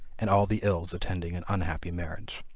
and all the ills attending an unhappy marriage.